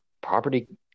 property